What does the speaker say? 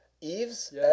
Eve's